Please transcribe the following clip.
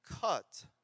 cut